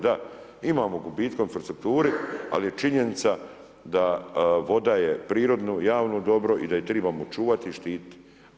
Da, imamo gubitke u infrastrukturi ali je činjenica da voda je prirodno, javno dobro i da je tribamo čuvati i štititi.